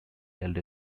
held